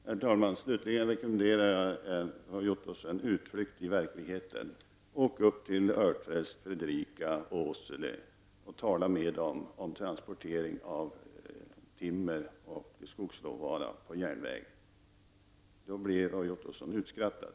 Herr talman! Jag vill slutligen rekommendera Roy Ottosson att göra en utflykt i verkligheten. Åk upp till Örträsk, Fredrika och Åsele och tala med människor där om transportering av timmer och skogsråvara på järnväg! Om Roy Ottosson gör det blir han utskrattad.